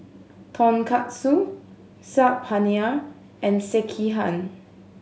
Tonkatsu Saag Paneer and Sekihan